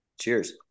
cheers